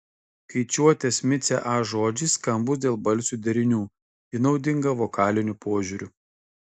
skaičiuotės micė a žodžiai skambūs dėl balsių derinių ji naudinga vokaliniu požiūriu